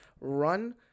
run